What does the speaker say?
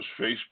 Facebook